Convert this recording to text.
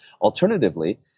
Alternatively